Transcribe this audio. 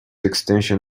extension